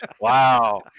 Wow